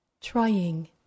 trying